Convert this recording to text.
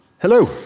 Hello